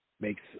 makes